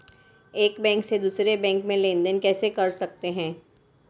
एक बैंक से दूसरे बैंक में लेनदेन कैसे कर सकते हैं?